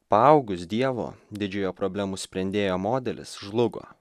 paaugus dievo didžiojo problemų sprendėjo modelis žlugo